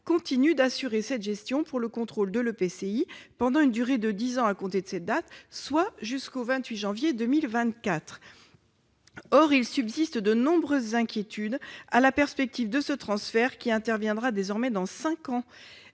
continue d'assurer cette gestion pour le contrôle de l'EPCI pendant une durée de dix ans à compter de cette date, soit jusqu'au 28 janvier 2024. Or, à la perspective de ce transfert, qui interviendra désormais dans cinq ans,